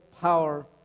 power